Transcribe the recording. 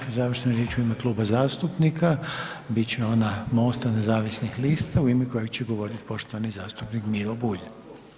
Slijedeća završna riječ u ime Kluba zastupnika bit će ona MOST-a nezavisnih lista u ime koje će govoriti poštovani zastupnik Miro Bulj.